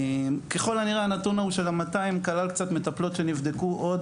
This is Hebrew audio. ככל הנראה הנתון של ה-200 כלל מטפלות שנבדקו עוד